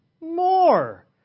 more